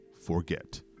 forget